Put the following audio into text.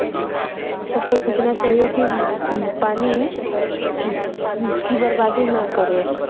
सबको सोचना चाहिए कि पानी की बर्बादी ना करें